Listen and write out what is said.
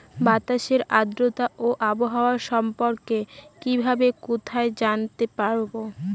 বাতাসের আর্দ্রতা ও আবহাওয়া সম্পর্কে কিভাবে কোথায় জানতে পারবো?